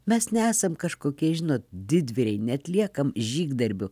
mes nesam kažkokie žinot didvyriai neatliekam žygdarbių